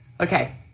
Okay